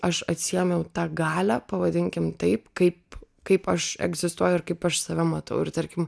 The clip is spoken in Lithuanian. aš atsiėmiau tą galią pavadinkim taip kaip kaip aš egzistuoju ir kaip aš save matau ir tarkim